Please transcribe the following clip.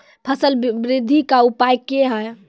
फसल बृद्धि का उपाय क्या हैं?